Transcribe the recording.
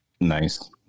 Nice